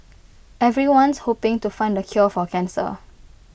everyone's hoping to find the cure for cancer